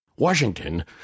Washington